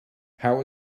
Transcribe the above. how